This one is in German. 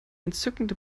entzückende